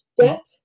debt